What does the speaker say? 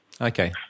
Okay